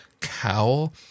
cowl